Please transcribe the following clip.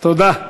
תודה.